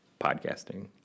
podcasting